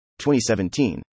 2017